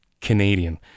Canadian